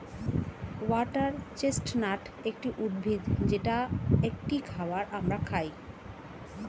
water chestnut একটি উদ্ভিদ যেটা একটি খাবার আমরা খাই